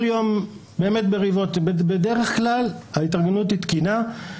יום מריבות ובדרך כלל ההתארגנות תקינה.